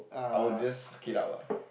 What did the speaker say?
I would just suck it up ah